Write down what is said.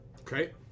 Okay